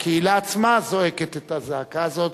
הקהילה עצמה זועקת את הזעקה הזו.